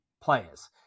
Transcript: players